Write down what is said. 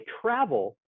travel